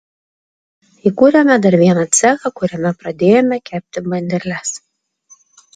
įkūrėme dar vieną cechą kuriame pradėjome kepti bandeles